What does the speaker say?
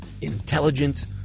intelligent